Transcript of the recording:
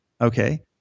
okay